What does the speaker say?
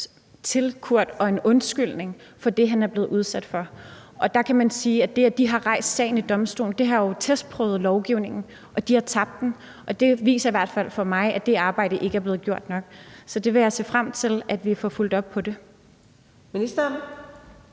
været en undskyldning for det, han er blevet udsat for. Der kan man sige, at det, at de har rejst sagen ved domstolen, jo har testprøvet lovgivningen, og de har tabt sagen. Det viser i hvert fald for mig, at det arbejde ikke er blevet gjort godt nok. Så det vil jeg se frem til at vi får fulgt op på. Kl.